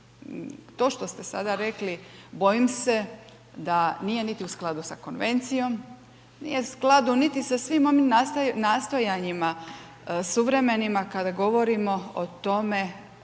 to što ste sada rekli bojim se da nije niti u skladu sa konvencijom, nije u skladu niti sa svim onim nastojanjima suvremenima kada govorimo o tome